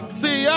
see